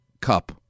cup